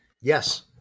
Yes